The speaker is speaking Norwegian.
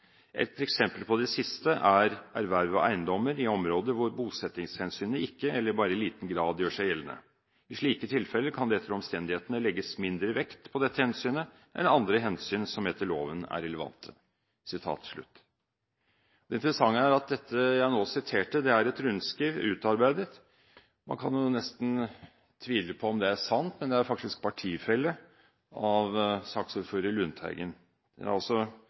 Et eksempel på det siste er erverv av eiendommer i områder hvor bosettingshensynet ikke, eller bare i liten grad gjør seg gjeldende. I slike tilfeller kan det etter omstendighetene legges mindre vekt på dette hensynet enn andre hensyn som etter loven er relevante.» Det interessante er at dette jeg nå siterte, er et rundskriv utarbeidet – man kan nesten tvile på om det er sant – av en partifelle av saksordfører Lundteigen.